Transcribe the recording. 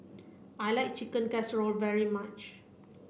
I like Chicken Casserole very much